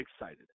excited